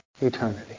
eternity